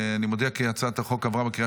אני מודיע כי הצעת החוק עברה בקריאה